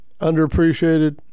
Underappreciated